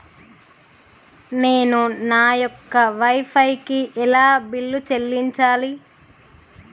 నేను నా యొక్క వై ఫై కి ఎలా బిల్లు చెల్లించాలి?